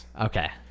Okay